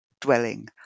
dwelling